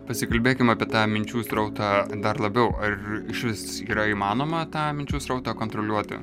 pasikalbėkim apie tą minčių srautą dar labiau ar išvis yra įmanoma tą minčių srautą kontroliuoti